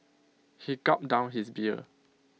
he gulped down his beer